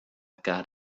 got